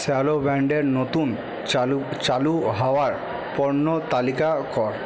shallow ব্র্যান্ডের নতুন চালু চালু হওয়া পণ্যর তালিকা কর